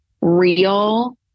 real